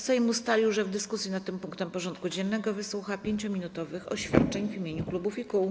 Sejm ustalił, że w dyskusji nad tym punktem porządku dziennego wysłucha 5-minutowych oświadczeń w imieniu klubów i kół.